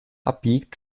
abbiegt